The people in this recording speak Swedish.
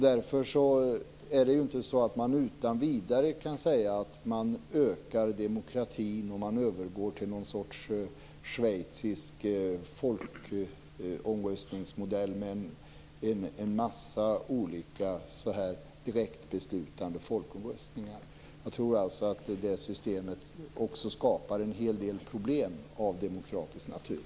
Därför kan man inte utan vidare säga att man ökar demokratin om man övergår till någon sorts schweizisk folkomröstningsmodell med en massa direktbeslutande folkomröstningar. Jag tror alltså att det systemet också skapar en hel del problem av demokratisk natur.